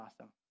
awesome